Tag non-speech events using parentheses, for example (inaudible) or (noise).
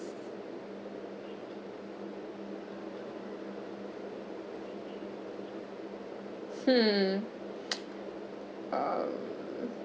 hmm (noise) um